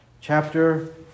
Chapter